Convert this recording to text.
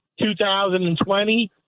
2020